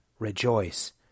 Rejoice